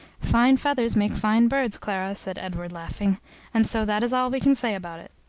fine feathers make fine birds, clara, said edward, laughing and so that is all we can say about it.